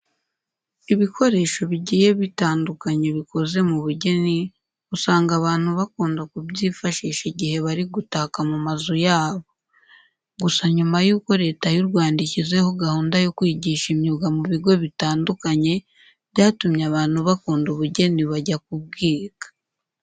Ibikoresho bigiye bitandukanye bikoze mu bugeni usanga abantu bakunda kubyifashisha igihe bari gutaka mu mazu yabo. Gusa nyuma yuko Leta y'u Rwanda ishyizeho gahunda yo kwigisha imyuga mu bigo bitandukanye byatumye abantu bakunda ubugeni bajya kubwiga.